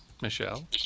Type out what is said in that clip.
Michelle